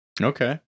Okay